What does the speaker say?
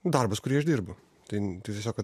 darbas kurį aš dirbu tai tai tiesiog kad